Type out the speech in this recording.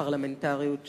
הפרלמנטריות שלך,